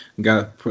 Got